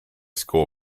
school